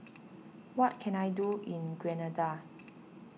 what can I do in Grenada